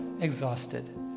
exhausted